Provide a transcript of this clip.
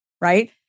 right